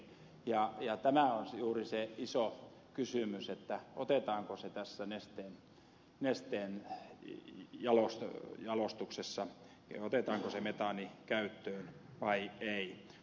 ja tämä on juuri se iso kysymys otetaanko nesteen jalostuksessa se metaani käyttöön vai ei